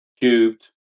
cubed